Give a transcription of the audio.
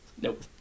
Nope